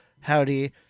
Howdy